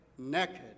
naked